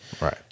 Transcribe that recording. Right